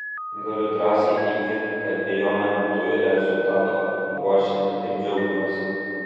galiu drąsiai teigti kad be jo nebūtų ir rezultato kuriuo šiandien taip džiaugiuosi